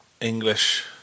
English